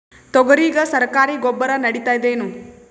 ತೊಗರಿಗ ಸರಕಾರಿ ಗೊಬ್ಬರ ನಡಿತೈದೇನು?